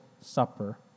Supper